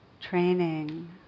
training